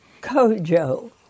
Kojo